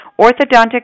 orthodontics